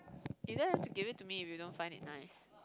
you don't have give it to me if you don't find it nice